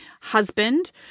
husband